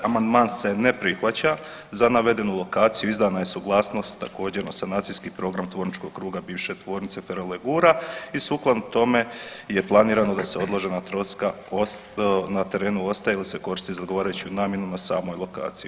Amandman se ne prihvaća, za navedenu lokaciju izdana je suglasnost također na sanacijski program tvorničkog kruga bivše tvornice Ferolegura i sukladno tome planirano da odložena troska na terenu ostaje ili se koristi za odgovarajuću namjenu na samoj lokaciji.